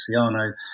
Siano